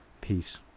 Peace